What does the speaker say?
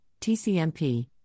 TCMP